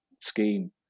scheme